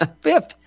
Fifth